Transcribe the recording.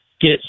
get